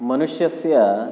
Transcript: मनुष्यस्य